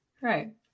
Right